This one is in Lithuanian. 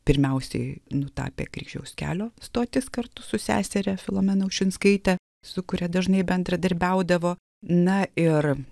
pirmiausiai nutapė kryžiaus kelio stotis kartu su seseria filomena ušinskaitė su kuria dažnai bendradarbiaudavo na ir